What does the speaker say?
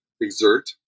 exert